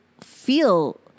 feel